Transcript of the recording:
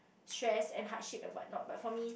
stress and hardships and what not but for me